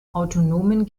autonomen